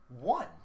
one